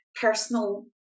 personal